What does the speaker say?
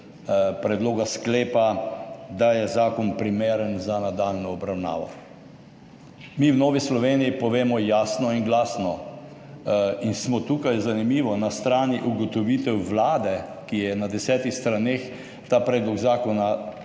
predloga sklepa, da je zakon primeren za nadaljnjo obravnavo. Mi v Novi Sloveniji povemo jasno in glasno in smo tukaj, zanimivo, na strani ugotovitev Vlade, ki je na desetih straneh ta predlog zakona